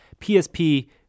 PSP